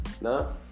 No